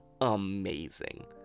amazing